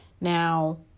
Now